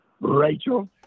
Rachel